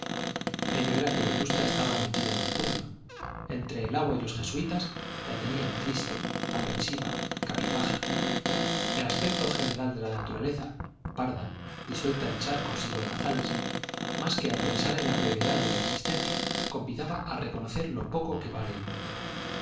ello era que vetusta estaba metida en un puño entre el agua y los jesuitas la tenían triste aprensiva cabizbaja el aspecto general de la naturaleza parda disuelta en charcos y lodazales más que a pensar en la brevedad de la existencia convidaba a reconocer lo poco que vale el mundo